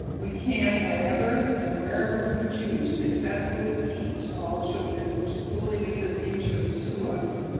we can whenever and wherever we choose successfully teach all children whose schooling is of interest to us.